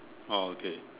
oh okay